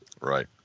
Right